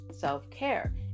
self-care